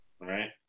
right